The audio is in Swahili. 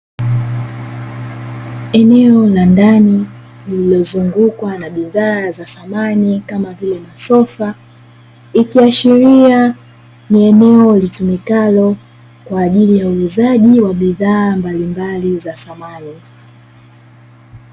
Eneo la ndani lililozungukwa na bidhaa za samani kamavile masofa, ikiashiria ni eneo litumikalo kwa ajili ya uuzaji wa bidhaa mbalimbali za samani.